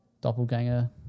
doppelganger